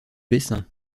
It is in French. bessin